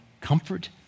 comfort